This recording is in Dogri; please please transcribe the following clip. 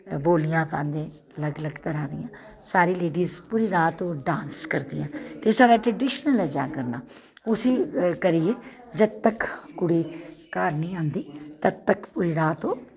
बोलियां पांदे अलग अलग तरह दे सारी लेडिस पूरी रात ओह् डांस करदियां ते साढ़ा ट्रडिशनल ऐ जागरना उस्सी करियै जद तक कुड़ी घर नेईं औंदी तद तक पूरी रात